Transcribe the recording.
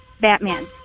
Batman